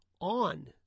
on